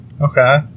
Okay